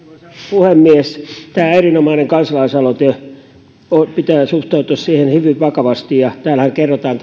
puhemies tämä on erinomainen kansalaisaloite pitää suhtautua siihen hyvin vakavasti ja täällähän näissä perusteluissa kerrotaan